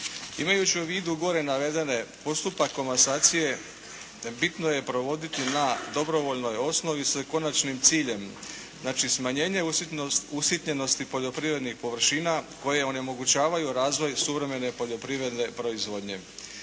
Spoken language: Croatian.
Imajući u vidu gore naveden postupak komasacije bitno je provoditi na dobrovoljnoj osnovi s konačnim ciljem, znači smanjenje usitnjenosti poljoprivrednih površina koje onemogućavaju razvoj suvremene poljoprivredne proizvodnje.